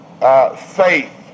faith